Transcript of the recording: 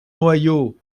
ohio